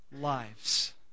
lives